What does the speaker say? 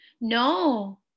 No